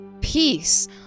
Peace